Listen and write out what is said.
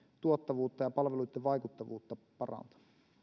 tuottavuutta ja palveluitten vaikuttavuutta parantaa